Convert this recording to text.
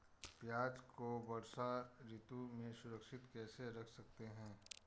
प्याज़ को वर्षा ऋतु में सुरक्षित कैसे रख सकते हैं?